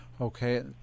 Okay